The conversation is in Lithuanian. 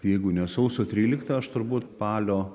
jeigu ne sausio trylikta aš turbūt palio